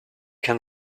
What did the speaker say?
can